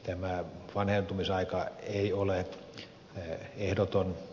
tämä vanhentumisaika ei ole ehdoton